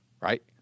right